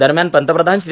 दरम्यान पंतप्रधान श्री